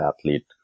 athlete